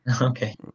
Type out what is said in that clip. Okay